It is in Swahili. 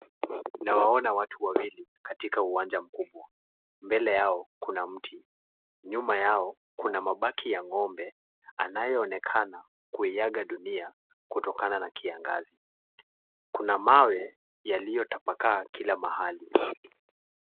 Nawaona watu wawili katika uwanja mkubwa, mbele yao kuna mti, nyuma yao kuna mabaki ya ng'ombe anayeonekana kuiaga dunia kutokana na kiangazi, kuna mawe yaliyotapakaa kila mahali.